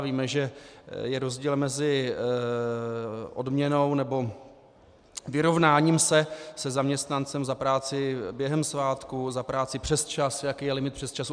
Víme, že je rozdíl mezi odměnou nebo vyrovnáním se se zaměstnancem za práci během svátků, za práci přesčas, jaký je limit přesčasů atd. atd.